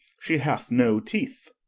she hath no teeth